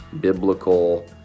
biblical